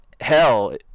hell